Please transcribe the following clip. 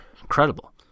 incredible